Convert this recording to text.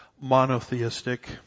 monotheistic